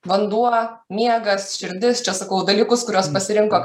vanduo miegas širdis čia sakau dalykus kuriuos pasirinko